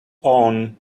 own